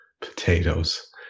Potatoes